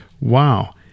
wow